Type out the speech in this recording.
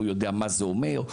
הוא יודע מה זה אומר,